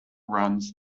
runs